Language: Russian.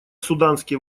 суданские